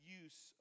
use